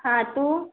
हां तू